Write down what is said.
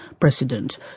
president